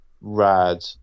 Rad